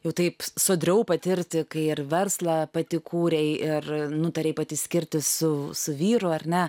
jau taip sodriau patirti kai ir verslą pati kūrei ir nutarei pati skirtis su su vyru ar ne